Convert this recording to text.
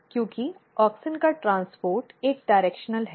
क्योंकि ऑक्सिन का परिवहन एक दिशात्मक है